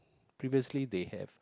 previously they have